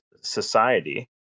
society